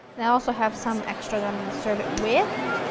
and i also have some extra that i'm going to serve it with.